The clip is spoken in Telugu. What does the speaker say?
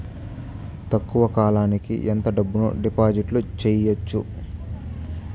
తక్కువ కాలానికి ఎంత డబ్బును డిపాజిట్లు చేయొచ్చు?